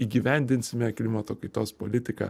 įgyvendinsime klimato kaitos politiką